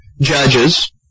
judges